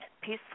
Peaceful